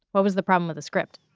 what was the problem with the script?